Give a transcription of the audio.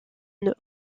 une